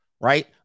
right